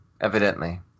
evidently